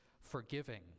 forgiving